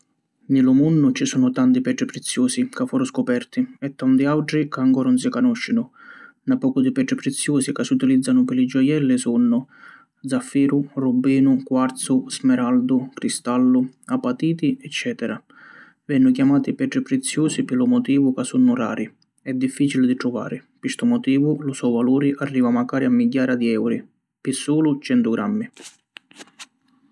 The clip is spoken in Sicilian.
Ni lu munnu ci sunnu tanti petri priziusi ca foru scoperti e tanti autri ca ancora ‘un si canuscinu. Na pocu di petri priziusi ca si utilizzanu pi li giojelli sunnu: Zaffiru, Rubbinu, Quarzu, Smeraldu, Cristallu, Apatiti eccetera. Vennu chiamati petri priziusi pi lu motivu ca sunnu rari e difficili di truvari pi ‘stu motivu lu so valuri arriva macari a migghiara di euri pi sulu centru grammi.